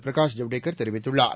பிரகாஷ் ஜவடேகர் தெரிவித்துள்ளார்